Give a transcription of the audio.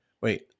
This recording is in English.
wait